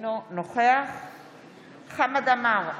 אינו נוכח חמד עמאר,